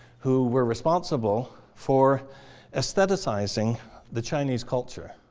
who were responsible for aestheticsizing the chinese culture.